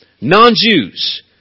non-Jews